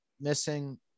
missing